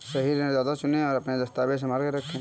सही ऋणदाता चुनें, और अपने दस्तावेज़ संभाल कर रखें